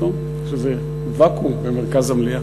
יש איזה ואקום במרכז המליאה.